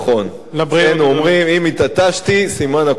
אצלנו אומרים: אם התעטשתי, סימן, הכול נכון.